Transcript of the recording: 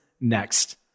next